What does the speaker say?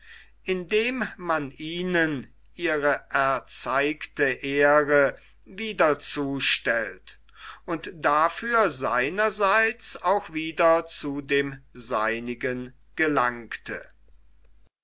indem man ihnen ihre erzeigte ehre wieder zustellt und dafür seinerseits auch wieder zu dem seinigen gelangte